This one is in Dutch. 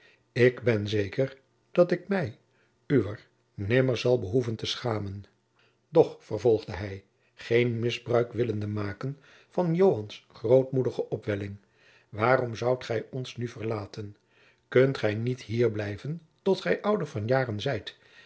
ik ben zeker dat ik mij uwer nimmer zal behoeven te schamen doch vervolgde hij geen misbruik willende maken van joans grootmoedige opwelling waarom zoudt gij ons nu verlaten kunt gij niet hier blijven tot gij ouder van jaren zijt